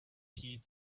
heed